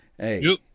Hey